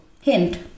hint